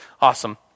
Awesome